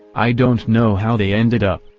i don't know how they ended up.